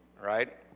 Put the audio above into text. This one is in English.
right